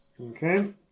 Okay